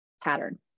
pattern